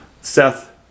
Seth